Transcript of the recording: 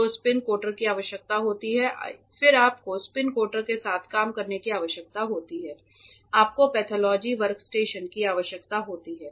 तो spin coater की आवश्यकता होती है फिर आपको स्पिन कोटर के साथ काम करने की आवश्यकता होती है आपको पैथोलॉजी वर्कस्टेशन की आवश्यकता होती है